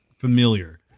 familiar